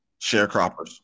sharecroppers